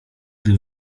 gdy